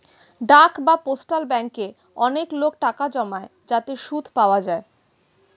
ডাক বা পোস্টাল ব্যাঙ্কে অনেক লোক টাকা জমায় যাতে সুদ পাওয়া যায়